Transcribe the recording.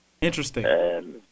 Interesting